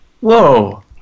Whoa